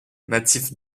native